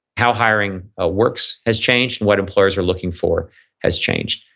how hiring ah works has changed and what employers are looking for has changed.